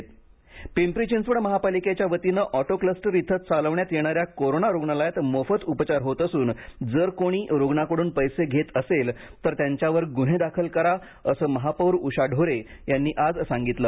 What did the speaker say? auto cluster Pimpri Chinchwad महापालिकेच्या वतीनं auto cluster इथं चालवण्यात येणाऱ्या कोरोना रुग्णालयात मोफत उपचार होत असून जर कोणी रुग्णाकडून पैसे घेत असेल तर त्यांच्यावर गुन्हे दाखल करा असं महापौर उषा ढोरे यांनी आज सांगितलं